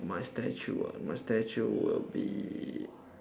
my statue ah my statue will be